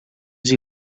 does